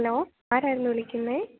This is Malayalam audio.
ഹലോ ആരായിരുന്നു വിളിക്കുന്നത്